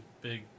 big